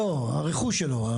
לא, הרכוש שלו.